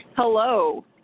Hello